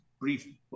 brief